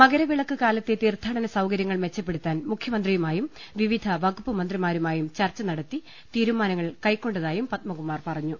മകരവി ളക്ക് കാലത്തെ തീർത്ഥാടന സൌകര്യങ്ങൾ മെച്ചപ്പെടുത്താൻ മുഖ്യ മന്ത്രിയുമായും വിവിധ വകുപ്പ് മന്ത്രിമാരുമായും ചർച്ചനടത്തി തീരു മാനങ്ങൾ കൈക്കൊണ്ടതായും പത്മകുമാർ പറഞ്ഞു